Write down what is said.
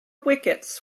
wickets